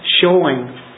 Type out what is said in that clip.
showing